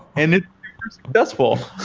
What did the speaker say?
and it successful.